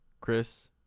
Chris